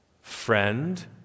friend